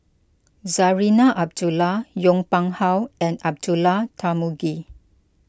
Zarinah Abdullah Yong Pung How and Abdullah Tarmugi